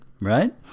Right